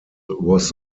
was